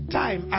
time